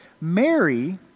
Mary